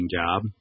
job